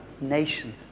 nation